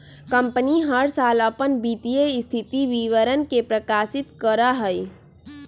company हर साल अपन वित्तीय स्थिति विवरण के प्रकाशित करा हई